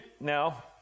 Now